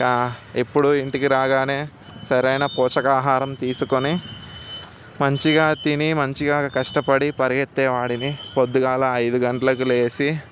ఇంకా ఎప్పుడు ఇంటికి రాగానే సరైన పోషక ఆహారం తీసుకుని మంచిగా తిని మంచిగా కష్టపడి పరిగెత్తే వాడిని పొద్దున్నే ఐదు గంటలకు లేచి